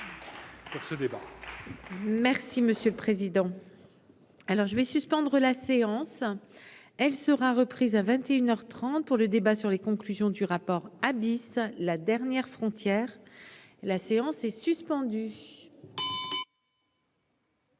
Merci monsieur le président, alors je vais suspendre la séance, elle sera reprise à 21 heures 30 pour le débat sur les conclusions du rapport dix, la dernière frontière, la séance est suspendue.